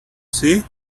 see